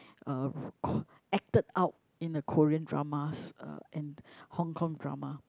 uh Ko~ acted out in a Korean dramas uh and Hong-Kong drama